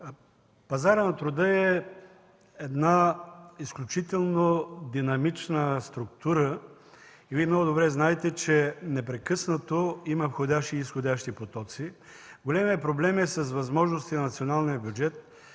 Пазарът на труда е изключително динамична структура. Вие много добре знаете, че непрекъснато има входящи и изходящи потоци. Големият проблем е с възможностите на националния бюджет,